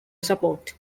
support